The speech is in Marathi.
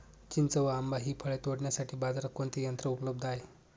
चिंच व आंबा हि फळे तोडण्यासाठी बाजारात कोणते यंत्र उपलब्ध आहे?